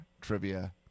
trivia